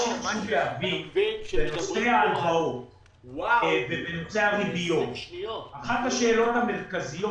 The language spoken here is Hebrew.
מה שחשוב להבין שבנושא ההלוואות ובנושא הריביות אחת השאלות המרכזיות